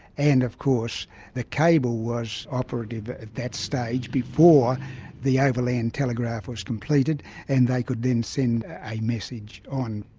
and of course the undersea cable was operative at that stage before the overland telegraph was completed and they could then send a message on.